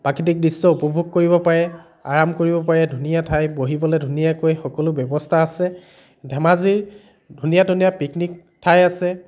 প্ৰাকৃতিক দৃশ্য উপভোগ কৰিব পাৰে আৰাম কৰিব পাৰে ধুনীয়া ঠাইত বহিবলৈ ধুনীয়াকৈ সকলো ব্যৱস্থা আছে ধেমাজিৰ ধুনীয়া ধুনীয়া পিকনিক ঠাই আছে